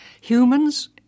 Humans